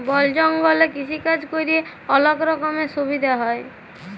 বল জঙ্গলে কৃষিকাজ ক্যরে অলক রকমের সুবিধা হ্যয়